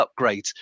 upgrades